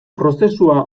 prozesua